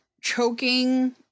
choking